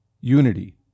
Unity